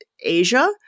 Asia